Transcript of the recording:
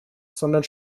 sondern